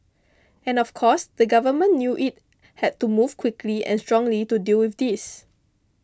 and of course the government knew it had to move quickly and strongly to deal with this